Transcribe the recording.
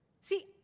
See